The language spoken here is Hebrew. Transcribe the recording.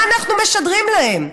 מה אנחנו משדרים להם?